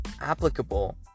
applicable